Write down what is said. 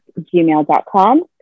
gmail.com